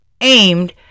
aimed